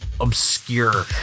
obscure